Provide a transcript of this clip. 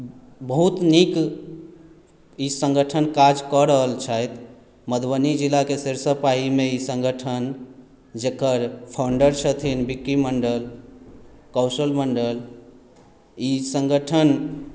बहुत नीक ई सङ्गठन काज कऽ रहल छथि मधुबनी जिलाके सरिसव पाहीमे ई सङ्गठन जकर फाउंडर छथिन बिक्की मण्डल कौशल मण्डल ई सङ्गठन